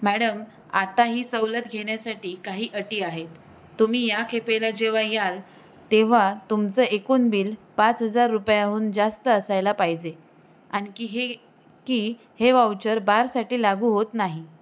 madam आता ही सवलत घेण्यासाठी काही अटी आहेत तुम्ही या खेपेला जेव्हा याल तेव्हा तुमचं एकूण बिल पाच हजार रुपयाहून जास्त असायला पाहिजे आणखी हे की हे वावचर बारसाठी लागू होत नाही